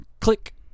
click